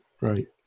right